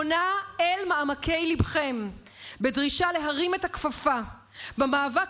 אני פונה אל מעמקי ליבכם בדרישה להרים את הכפפה במאבק